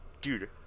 dude